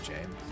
James